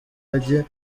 ajye